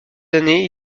années